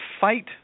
fight